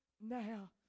now